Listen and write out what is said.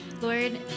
Lord